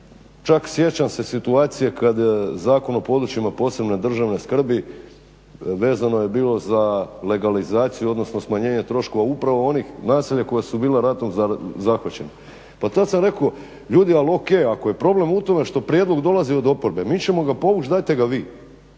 čak sjećam se situacije kad Zakon o područjima posebne državne skrbi vezano je bilo za legalizaciju odnosno smanjenje troškova upravo onih naselja koja su bila ratom zahvaćena. Pa tad sam rekao ljudi al o.k. ako je problem u tome što prijedlog dolazi od oporbe, mi ćemo ga povući, dajte ga vi.